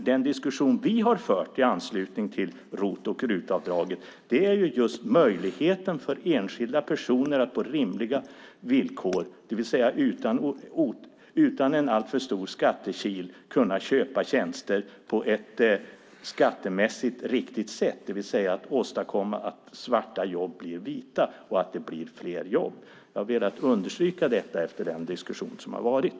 Den diskussion vi har fört i anslutning till ROT och RUT-avdragen gäller möjligheten för enskilda personer att på rimliga villkor, det vill säga utan en alltför stor skattekil, kunna köpa tjänster på ett skattemässigt riktigt sätt. Det åstadkommer att svarta jobb blir vita och att det blir fler jobb. Jag har velat understryka detta efter den diskussion som har förts.